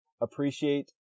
appreciate